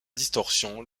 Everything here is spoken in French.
distorsion